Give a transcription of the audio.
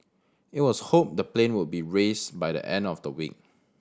it was hoped the plane would be raised by the end of the week